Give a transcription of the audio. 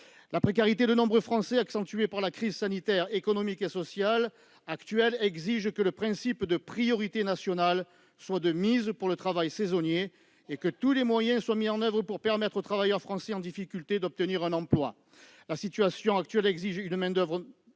La précarité de nombreux Français, accentuée par la crise sanitaire, économique et sociale actuelle, exige que le principe de priorité nationale soit de mise pour le travail saisonnier et que tous les moyens soient employés pour permettre aux travailleurs français en difficulté d'obtenir un emploi. La situation actuelle exige une main-d'oeuvre